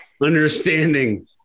understanding